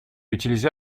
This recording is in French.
utiliser